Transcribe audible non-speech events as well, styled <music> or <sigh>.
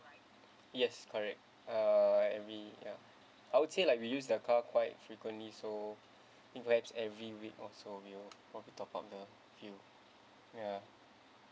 yes correct uh every ya I would say like we use the car quite frequently so <breath> in perhaps every week also we will probably top up the fuel ya